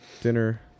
dinner